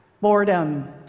boredom